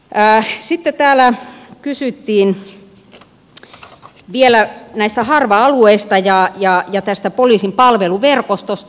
sitten täällä kysyttiin vielä näistä harva alueista ja tästä poliisin palveluverkostosta